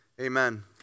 Amen